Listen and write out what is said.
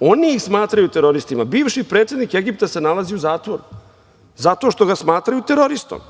oni ih smatraju teroristima. Bivši predsednik Egipta se nalazi u zatvoru zato što ga smatraju teroristom.